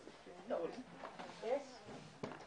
16:30)